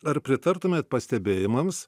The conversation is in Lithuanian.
ar pritartumėt pastebėjimams